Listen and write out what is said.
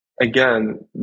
again